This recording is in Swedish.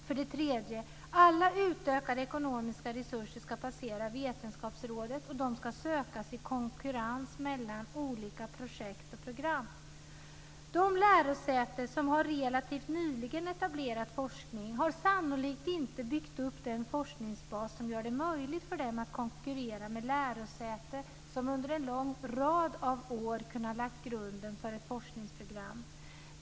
För det tredje: Alla utökade ekonomiska resurser ska passera vetenskapsrådet, och de ska sökas i konkurrens med olika projekt och program. De lärosäten som har relativt nyetablerad forskning har sannolikt inte byggt upp den forskningsbas som gör det möjligt för dem att konkurrera med lärosäten som under en lång rad av år kunnat lägga grunden för ett forskningsprogram.